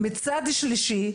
מצד שלישי,